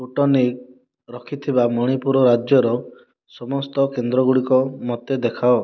Sputnik ରଖିଥିବା ମଣିପୁର ରାଜ୍ୟର ସମସ୍ତ କେନ୍ଦ୍ର ଗୁଡ଼ିକ ମୋତେ ଦେଖାଅ